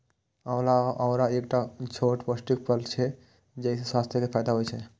आंवला या औरा एकटा छोट पौष्टिक फल छियै, जइसे स्वास्थ्य के फायदा होइ छै